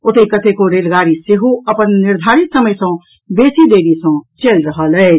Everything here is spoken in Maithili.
ओतहि कतेको रेलगाड़ी सेहो अपन निर्धारित समय सॅ बेसी देरी सॅ चलि रहल अछि